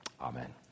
Amen